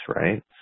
right